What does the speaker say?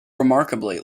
remarkably